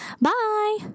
bye